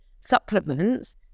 supplements